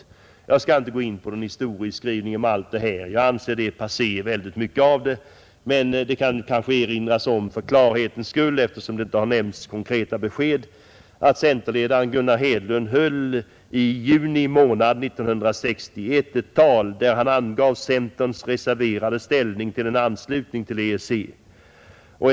Jag skall inte gå in på någon historieskrivning då jag anser att mycket av det är passé. Men det kan kanske erinras om — för klarhetens skull, eftersom det inte har givits konkreta besked — att centerledaren Gunnar Hedlund i juni månad 1961 höll ett tal där han angav centerns reserverade ställning till en anslutning till EEC.